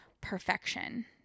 Perfection